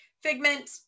figment